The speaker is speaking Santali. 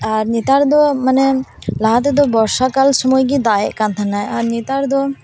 ᱟᱨ ᱱᱮᱛᱟᱨ ᱫᱚ ᱢᱟᱱᱮ ᱞᱟᱦᱟ ᱛᱮᱫᱚ ᱵᱚᱨᱥᱟ ᱠᱟᱞ ᱥᱚᱢᱚᱭ ᱜᱮᱭ ᱫᱟᱜ ᱮᱫᱠᱟᱱ ᱛᱟᱦᱮᱱᱟ ᱟᱨ ᱱᱮᱛᱟᱨ ᱫᱚ